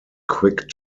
quick